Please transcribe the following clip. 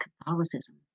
Catholicism